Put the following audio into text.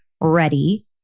ready